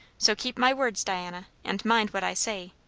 so keep my words, diana, and mind what i say.